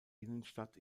innenstadt